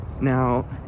Now